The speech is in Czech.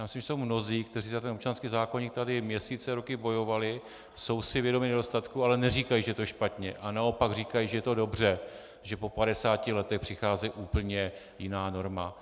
Myslím, že jsou mnozí, kteří za občanský zákoník tady měsíce a roky bojovali, jsou si vědomi nedostatků, ale neříkají, že to je špatně, a naopak říkají, že je to dobře, že po 50 letech přichází úplně jiná norma.